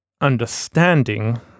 understanding